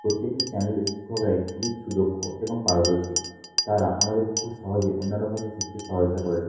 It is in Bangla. প্রত্যেকটি চ্যানেলের শিক্ষকরাই খুবই সুদক্ষ এবং পারদর্শী তারা আমাদের খুব সহজে অন্যান্য ভাষা শিকতে সহায়তা করে থাকে